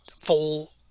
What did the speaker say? full